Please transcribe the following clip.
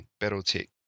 Battletech